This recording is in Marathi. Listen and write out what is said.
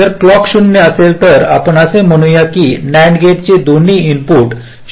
जर क्लॉक 0 असेल तर आपण असे म्हणू या की NAND गेटचे हे दोन्ही इनपुट 0 आणि 0 आहेत